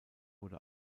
wurde